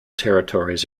territories